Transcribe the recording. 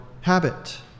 habit